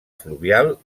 fluvial